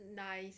nice